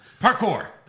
Parkour